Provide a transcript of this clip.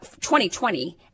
2020